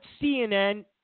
CNN